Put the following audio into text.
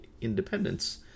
Independence